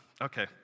okay